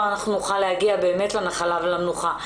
אנחנו נוכל להגיע באמת לנחלה ולמנוחה.